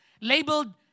labeled